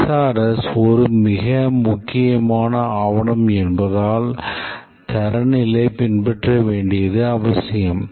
SRS ஒரு மிக முக்கியமான ஆவணம் என்பதால் தரநிலை பின்பற்ற வேண்டியது அவசியம்